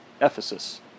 Ephesus